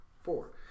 Four